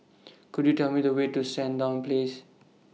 Could YOU Tell Me The Way to Sandown Place